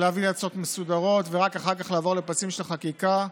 להביא הצעות מסודרות ורק אחר כך לעבור לפסים של חקיקה,